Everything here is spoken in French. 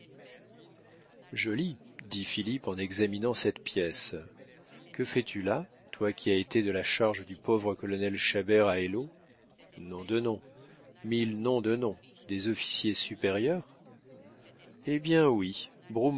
joli dit philippe en examinant cette pièce que fais-tu là toi qui as été de la charge du pauvre colonel chabert à eylau nom de nom mille noms de nom des officiers supérieurs eh bien oui